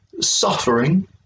suffering